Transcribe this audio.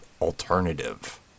alternative